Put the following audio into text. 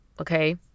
Okay